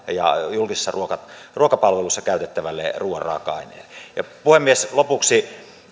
julkisessa ruokapalvelussa käytettävälle ruuan raaka aineelle puhemies lopuksi